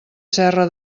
serra